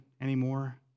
anymore